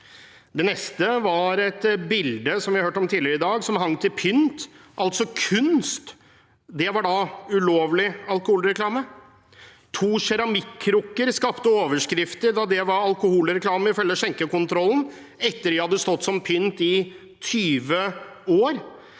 Det neste er et bilde, som vi har hørt om tidligere i dag, som hang til pynt, altså kunst, som var ulovlig alkoholreklame. To keramikkrukker skapte overskrifter fordi det var alkoholreklame, ifølge skjenkekontrollen, etter at de hadde stått som pynt i 20 år.